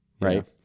right